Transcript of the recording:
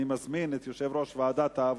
נתקבל.